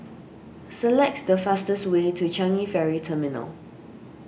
select the fastest way to Changi Ferry Terminal